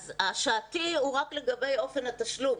אז השעתי הוא רק לגבי אופן התשלום.